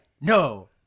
no